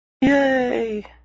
Yay